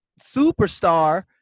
superstar